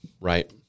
Right